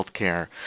healthcare